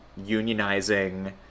unionizing